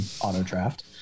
auto-draft